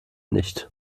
nicht